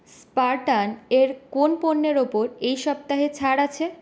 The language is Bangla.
স্পারটান এর কোন পণ্যের ওপর এই সপ্তাহে ছাড় আছে